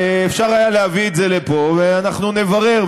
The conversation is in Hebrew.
אפשר היה להביא את זה לפה, ואנחנו נברר.